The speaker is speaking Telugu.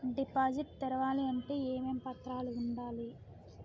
డిపాజిట్ తెరవాలి అంటే ఏమేం పత్రాలు ఉండాలి?